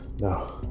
No